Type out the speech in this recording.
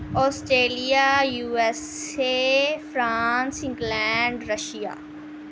Australia USA France England Russia